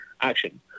action